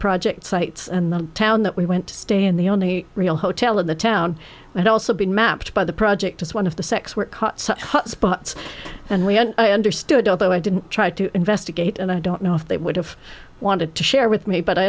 projects sites and the town that we went to stay in the only real hotel in the town had also been mapped by the project as one of the sex were hot spots and we understood although i didn't try to investigate and i don't know if they would have wanted to share with me but i